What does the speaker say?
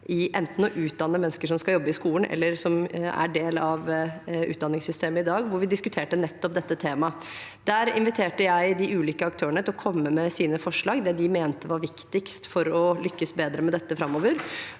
å utdanne mennesker som skal jobbe i skolen, eller som er del av utdanningssystemet i dag. Der diskuterte vi nettopp dette temaet. Der inviterte jeg de ulike aktørene til å komme med sine forslag om det de mente var viktigst for å lykkes bedre med dette framover.